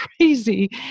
crazy